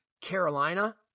Carolina